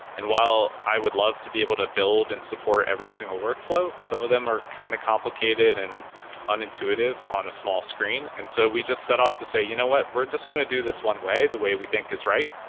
and while i would love to be able to build and support every single workflow, some of them are kind of complicated and unintuitive on a small screen. and so we just set off to say, you know what? we're just going to do this one way the way we think it's right,